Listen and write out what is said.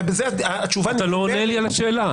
ובזה התשובה --- אתה לא עונה לי על השאלה.